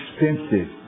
expensive